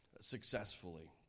successfully